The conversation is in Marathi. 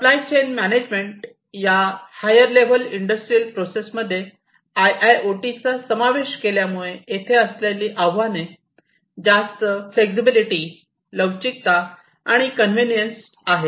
सप्लाय चेन मॅनेजमेंट या हायर लेव्हल इंडस्ट्रियल प्रोसेस मध्ये आयआयओटीचा समावेश केल्यामुळे येथे असलेली आव्हाने जास्त फ्लएक्झीबिलीटी लवचिकता आणि कन्व्हेनीयन्स आहेत